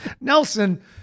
Nelson